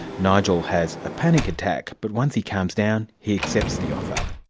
nigel has a panic attack, but once he calms down, he accepts the offer.